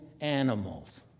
animals